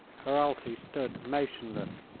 ferralti stood motionless,